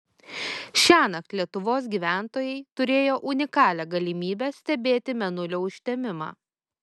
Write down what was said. šiąnakt lietuvos gyventojai turėjo unikalią galimybę stebėti mėnulio užtemimą